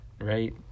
right